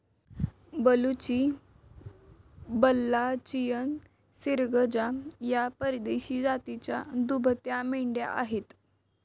बलुची, बल्लाचियन, सिर्गजा या परदेशी जातीच्या दुभत्या मेंढ्या आहेत